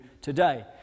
today